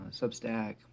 Substack